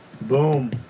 Boom